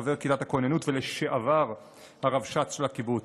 חבר כיתת הכוננות ולשעבר הרבש"ץ של הקיבוץ.